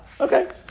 Okay